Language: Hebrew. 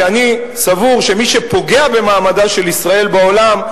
כי אני סבור שמי שפוגע במעמדה של ישראל בעולם,